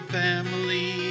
family